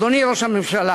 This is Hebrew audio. אדוני ראש הממשלה,